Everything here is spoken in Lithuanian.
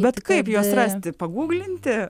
bet kaip juos rasti pagūglinti